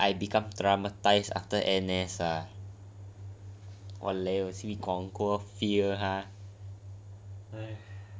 more like I become traumatised after N_S ah !waliao! simi conquer fear lah